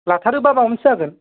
लाथारोबा माबा मोनसे जागोन